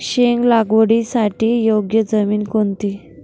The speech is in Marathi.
शेंग लागवडीसाठी योग्य जमीन कोणती?